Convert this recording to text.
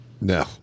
No